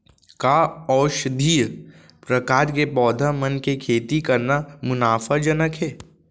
का औषधीय प्रकार के पौधा मन के खेती करना मुनाफाजनक हे?